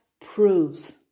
proves